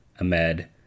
Ahmed